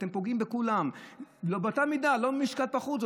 אתם פוגעים בכולם באותה מידה, לא במשקל פחות.